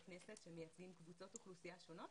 כנסת שמייצגים קבוצות אוכלוסייה שונות,